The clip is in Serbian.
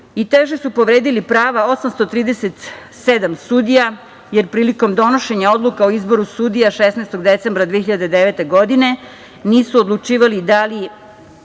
i teže su povredili prava 837 sudija, jer prilikom donošenja odluka o izboru sudija 16. decembra 2009. godine nisu odlučivali da li